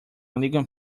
illegal